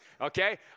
okay